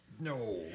no